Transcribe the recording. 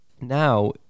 Now